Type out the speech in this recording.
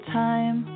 time